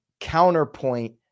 counterpoint